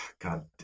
God